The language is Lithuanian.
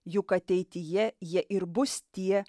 juk ateityje jie ir bus tie